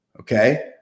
Okay